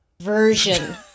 Version